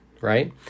right